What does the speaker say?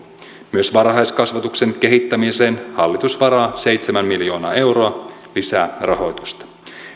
myös varhaiskasvatuksen kehittämiseen hallitus varaa seitsemän miljoonaa euroa lisää rahoitusta